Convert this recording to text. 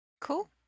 Cool